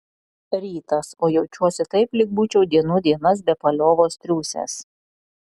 rytas o jaučiuosi taip lyg būčiau dienų dienas be paliovos triūsęs